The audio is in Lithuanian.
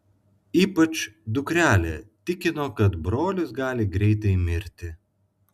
ypač dukrelė tikino kad brolis gali greitai mirti